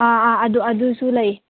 ꯑꯪ ꯑꯪ ꯑꯗꯨ ꯑꯗꯨꯁꯨ ꯂꯩ